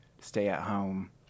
stay-at-home